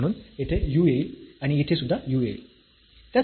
म्हणून येथे u येईल आणि येथे सुद्धा u येईल